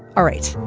all right.